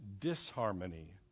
disharmony